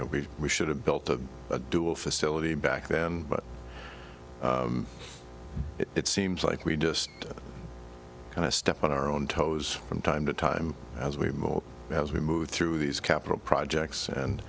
know we should have built up a dual facility back then but it seems like we just kind of step on our own toes from time to time as we move as we move through these capital projects and